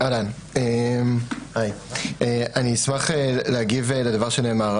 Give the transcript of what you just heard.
אני אשמח להגיב לדבר שנאמר.